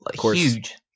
huge